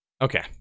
Okay